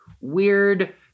weird